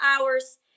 hours